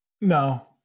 No